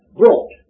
brought